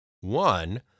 One